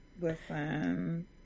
Listen